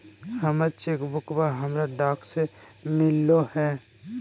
हमर चेक बुकवा हमरा डाक से मिललो हे